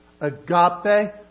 Agape